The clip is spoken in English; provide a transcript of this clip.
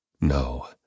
No